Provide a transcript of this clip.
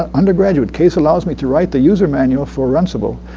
um undergraduate. case allows me to write the user manual for runcible,